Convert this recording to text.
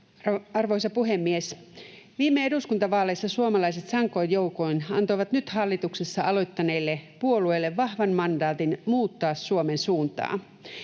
Arvoisa puhemies! Viime eduskuntavaaleissa suomalaiset sankoin joukoin antoivat nyt hallituksessa aloittaneille puolueille vahvan mandaatin muuttaa Suomen suuntaa.